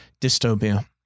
dystopia